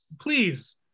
Please